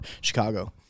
Chicago